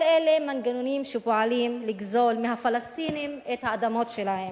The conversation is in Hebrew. כל אלה מנגנונים שפועלים לגזול מהפלסטינים את האדמות שלהם.